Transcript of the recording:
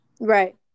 Right